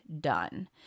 done